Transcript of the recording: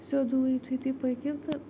سیودے یُتھے تُہۍ پٔکِو تہٕ